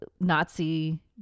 Nazi